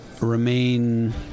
remain